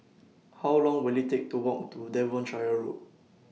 How Long Will IT Take to Walk to Devonshire Road